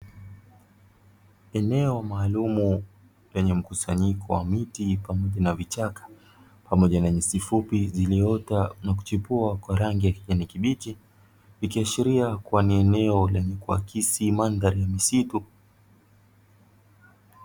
Eneo maalum lenye mkusanyiko wa miti pamoja na vichaka pamoja na nyasi fupi ziliota na kuchipua kwa rangi ya kijani kibichi likiashiria kuwa ni eneo lenye kuakisi mandhari ya misitu